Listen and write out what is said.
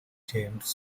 james